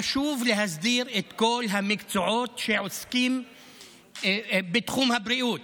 חשוב להסדיר את כל המקצועות שעוסקים בתחום הבריאות.